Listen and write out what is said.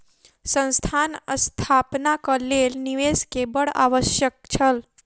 संस्थान स्थापनाक लेल निवेश के बड़ आवश्यक छल